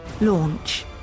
Launch